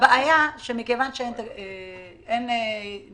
הבעיה שמכיוון שאין משילות,